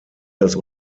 das